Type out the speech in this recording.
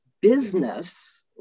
business